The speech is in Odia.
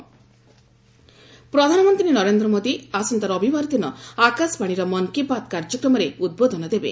ପିଏମ୍ ମନ୍କି ବାତ୍ ପ୍ରଧାନମନ୍ତ୍ରୀ ନରେନ୍ଦ୍ର ମୋଦୀ ଆସନ୍ତା ରବିବାର ଦିନ ଆକାଶବାଣୀର ମନ୍ କି ବାତ୍ କାର୍ଯ୍ୟକ୍ରମରେ ଉଦ୍ବୋଧନ ଦେବେ